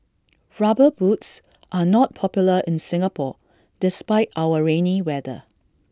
rubber boots are not popular in Singapore despite our rainy weather